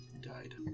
died